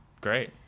Great